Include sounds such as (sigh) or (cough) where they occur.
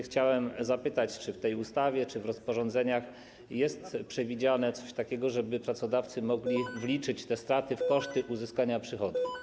Chciałem zapytać, czy w tej ustawie, w rozporządzeniach jest przewidziane coś takiego, żeby pracodawcy mogli (noise) wliczyć te straty w koszty uzyskania przychodów.